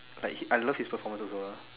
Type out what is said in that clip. like I love his performance also ah